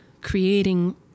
creating